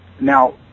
Now